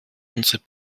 unsere